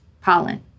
pollen